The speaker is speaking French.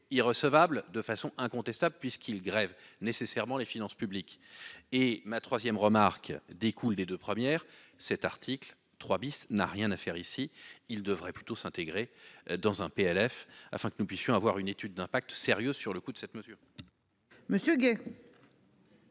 irrecevable de façon incontestable puisqu'il grève nécessairement les finances publiques et ma troisième remarque découle des 2 premières cet article 3 bis n'a rien à faire ici, ils devraient plutôt s'intégrer dans un PLF afin que nous puissions avoir une étude d'impact sérieux sur le coût de cette mesure. Monsieur.